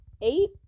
Eight